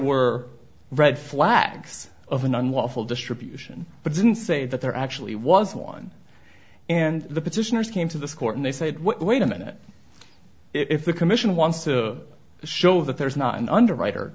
were red flags of an unlawful distribution but didn't say that there actually was one and the petitioners came to this court and they said what wait a minute if the commission wants to show that there's not an underwriter